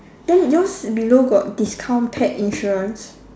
then yours below got discount pet insurance